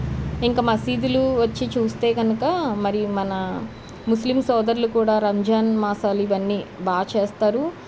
ఇంకా మసీదులు వచ్చి చూస్తే కనుక మరి మన ముస్లిం సోదరులు కూడా రంజాన్ మాసాలు ఇవన్నీ బా చేస్తారు